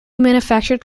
manufactured